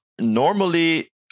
Normally